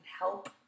help